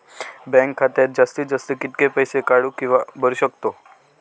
Bank खात्यात जास्तीत जास्त कितके पैसे काढू किव्हा भरू शकतो?